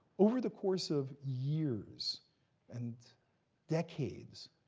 over the course of years and decades,